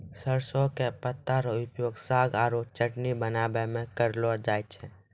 सरसों के पत्ता रो उपयोग साग आरो चटनी बनाय मॅ करलो जाय छै